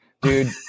dude